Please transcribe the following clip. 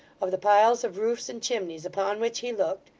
of the piles of roofs and chimneys upon which he looked,